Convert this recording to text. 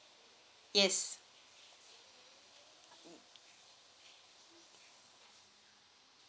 yes